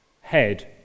head